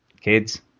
Kids